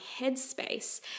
headspace